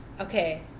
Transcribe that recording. Okay